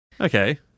Okay